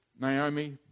Naomi